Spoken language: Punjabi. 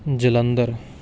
ਜਲੰਧਰ